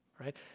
right